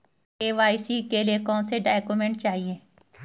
KYC के लिए कौनसे डॉक्यूमेंट चाहिये?